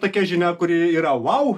tokia žinia kuri yra vau